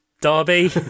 derby